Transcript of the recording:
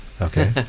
Okay